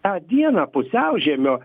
tą dieną pusiaužiemio